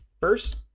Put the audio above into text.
first